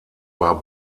war